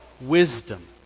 wisdom